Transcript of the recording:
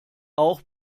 auch